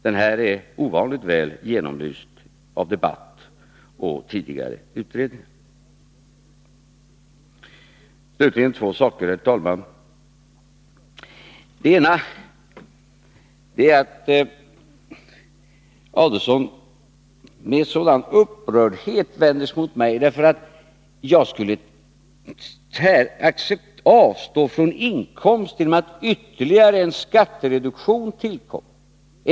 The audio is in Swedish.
Den här frågan är ovanligt väl genomlyst genom debatt och av tidigare utredningar. Låt mig avslutningsvis, herr talman, ta upp ytterligare ett par frågor. Den ena gäller att Ulf Adelsohn med en sådan upprördhet vänder sig mot mig och påstår att jag skulle avstå från statsinkomster genom att ytterligare en skattereduktion tillkommer.